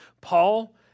Paul